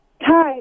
hi